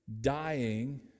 dying